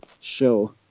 show